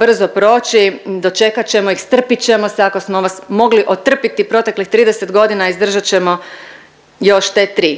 brzo proći, dočekat ćemo ih, strpit ćemo se, ako smo vas mogli otrpiti proteklih 30 godina, izdržat ćemo još te tri.